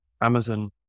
amazon